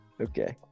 Okay